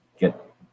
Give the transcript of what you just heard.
get